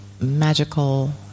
magical